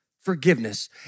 forgiveness